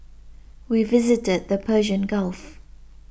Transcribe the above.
we visited the Persian Gulf